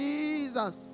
Jesus